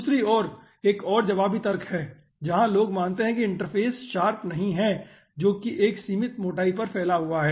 दूसरी ओर एक और जवाबी तर्क है जहां लोग मानते हैं कि इंटरफ़ेस शार्प नहीं है जो एक सीमित मोटाई पर फैला हुआ है